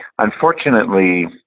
unfortunately